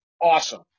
awesome